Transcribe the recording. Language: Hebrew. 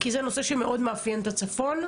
כי זה נושא שמאוד מאפיין את הצפון,